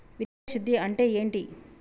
విత్తన శుద్ధి అంటే ఏంటి?